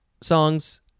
songs